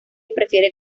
prefiere